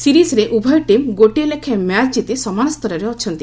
ସିରିଜ୍ରେ ଉଭୟ ଟିମ୍ ଗୋଟିଏ ଲେଖାଏଁ ମ୍ୟାଚ୍ ଜିତି ସମାନ ସ୍ତରରେ ଅଛନ୍ତି